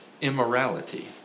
immorality